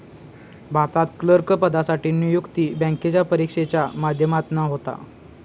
भारतात क्लर्क पदासाठी नियुक्ती बॅन्केच्या परिक्षेच्या माध्यमातना होता